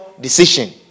decision